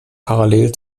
parallel